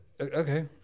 Okay